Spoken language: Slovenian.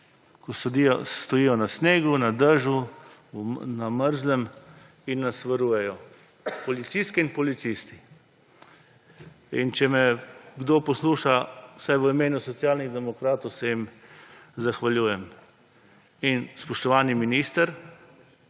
ko stojijo na snegu, na dežju, na mrzlem in nas varujejo. Policistke in policisti. Če me kdo posluša, vsaj v imenu Socialnih demokratov se jim zahvaljujem. In spoštovani minister,